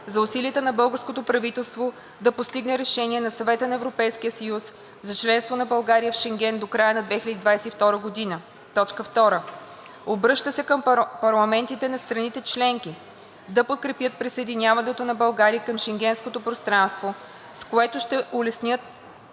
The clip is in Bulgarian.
за усилията на българското правителство да постигне решение на Съвета на Европейския съюз за членството на България в Шенген до края на 2022 г. 2. Обръща се към парламентите на страните членки да подкрепят присъединяването на България към Шенгенското пространство, с което ще утвърдят